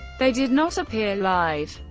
they did not appear live.